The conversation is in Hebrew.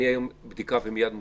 בדיקה ומייד מוזן?